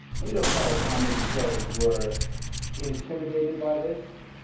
we don't know how many slaves were intimidated by this,